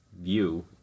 view